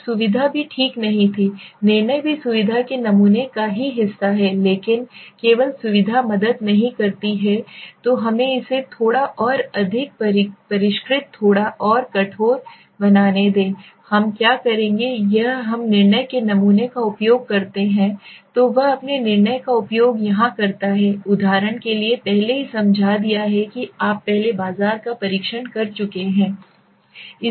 अब सुविधा भी ठीक नहीं थी निर्णय भी सुविधा के नमूने का ही हिस्सा है लेकिन केवल सुविधा मदद नहीं करती है तो हमें इसे थोड़ा और अधिक परिष्कृत थोड़ा और कठोर बनाने दें हम क्या करेंगे क्या हम निर्णय के नमूने का उपयोग करते हैं तो वह अपने निर्णय का उपयोग यहां करता है उदाहरण के लिए पहले ही समझा दिया है कि आप पहले बाजार का परीक्षण कर चुके हैं